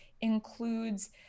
includes